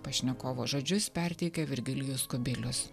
pašnekovo žodžius perteikia virgilijus kubilius